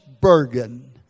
Bergen